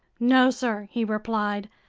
no, sir, he replied.